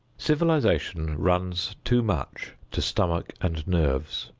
civilization runs too much to stomach and nerves,